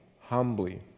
humbly